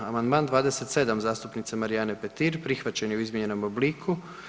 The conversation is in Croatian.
Amandman 27 zastupnice Marijane Petir prihvaćen je u izmijenjenom obliku.